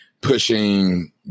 pushing